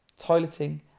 Toileting